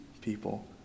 people